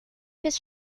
his